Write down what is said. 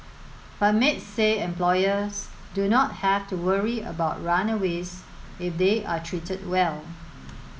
but maids say employers do not have to worry about runaways if they are treated well